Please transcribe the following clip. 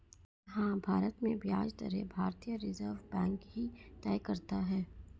हाँ, भारत में ब्याज दरें भारतीय रिज़र्व बैंक ही तय करता है